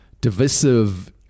divisive